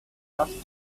touched